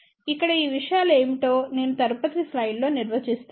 ఇక్కడ ఈ విషయాలు ఏమిటో నేను తదుపరి స్లయిడ్లో నిర్వచిస్తాను